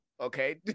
okay